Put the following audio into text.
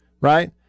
Right